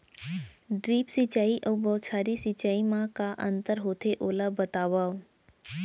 Drip सिंचाई अऊ बौछारी सिंचाई मा का अंतर होथे, ओला बतावव?